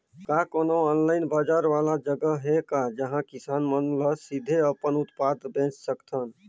का कोनो ऑनलाइन बाजार वाला जगह हे का जहां किसान मन ल सीधे अपन उत्पाद ल बेच सकथन?